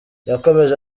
yakomeje